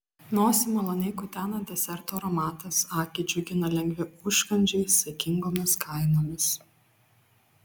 nosį maloniai kutena desertų aromatas akį džiugina lengvi užkandžiai saikingomis kainomis